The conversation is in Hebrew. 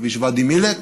כביש ואדי מילק,